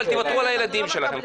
אבל תוותרו על הילדים שלכם,